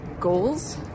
goals